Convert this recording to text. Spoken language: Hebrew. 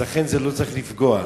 אז לכן זה לא צריך לפגוע.